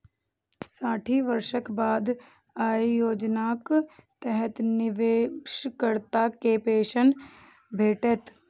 साठि वर्षक बाद अय योजनाक तहत निवेशकर्ता कें पेंशन भेटतै